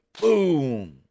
boom